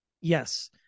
Yes